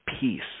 peace